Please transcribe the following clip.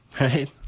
right